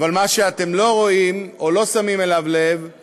אבל מה שאתם לא רואים או לא שמים אליו לב זה